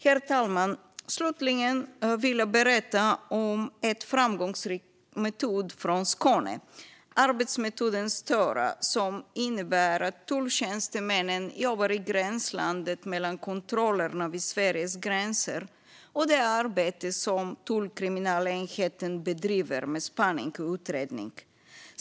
Herr talman! Slutligen vill jag berätta om en framgångsrik metod från Skåne, arbetsmetoden Störa, som innebär att tulltjänstemännen jobbar i gränslandet mellan kontrollerna vid Sveriges gränser och det arbete som tullkriminalenheten bedriver med spaning och utredning.